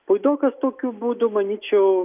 puidokas tokiu būdu manyčiau